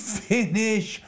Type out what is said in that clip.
finish